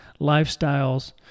lifestyles